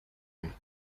and